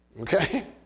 okay